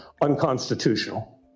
unconstitutional